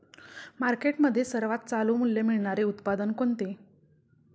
मार्केटमध्ये सर्वात चालू मूल्य मिळणारे उत्पादन कोणते?